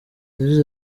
yagize